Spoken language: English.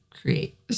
create